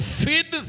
feed